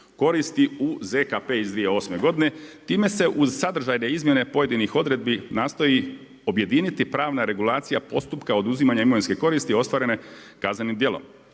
koristi u ZKP iz 2008. godine. Time se uz sadržajne izmjene pojedinih odredbi nastoji objediniti pravna regulacija postupka oduzimanja imovinske koristi ostvarene kaznenim djelom,